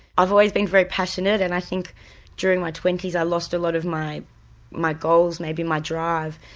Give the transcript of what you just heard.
i've always been very passionate and i think during my twenty s i lost a lot of my my goals, maybe my drive,